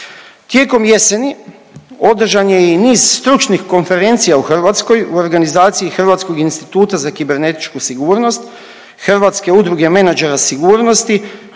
Tijekom jeseni održan je i niz stručnih konferencija u Hrvatskoj, u organizaciji Hrvatskog instituta za kibernetičku sigurnost, Hrvatske udruge menadžera sigurnosti